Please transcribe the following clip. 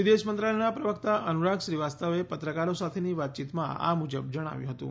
વિદેશ મંત્રાલયના પ્રવક્તા અનુરાગ શ્રીવાસ્તવે પત્રકારો સાથેની વાતચીતમાં આ મુજબ જણાવ્યું હતું